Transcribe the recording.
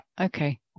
okay